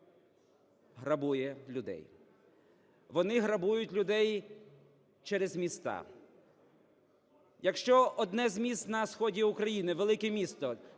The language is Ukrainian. грабує людей. Вони грабують людей через міста. Якщо одне з міст на сході України, велике місто